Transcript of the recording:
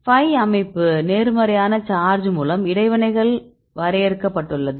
by அமைப்பு நேர்மறையான charge மூலம் இடைவினைகள் வரையறுக்கப்பட்டுள்ளது